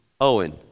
Owen